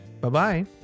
Bye-bye